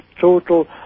total